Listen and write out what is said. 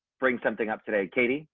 bring something up today, katie